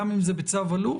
גם אם זה בצו אלוף,